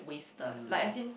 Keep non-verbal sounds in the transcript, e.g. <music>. wasted like as in <noise>